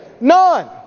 None